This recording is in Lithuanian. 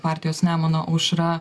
partijos nemuno aušra